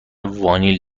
وانیل